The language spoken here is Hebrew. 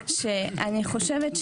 משפחת כהן